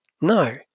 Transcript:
No